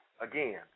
again